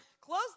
Close